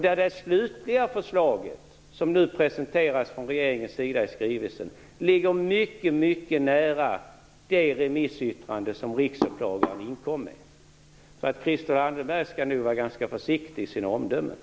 Det slutliga förslaget, det förslag som regeringen nu presenterar i sin skrivelse, ligger mycket nära det remissyttrande som Riksåklagaren inkom med, så Christel Anderberg skall nog vara ganska försiktig i sina omdömen.